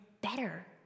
better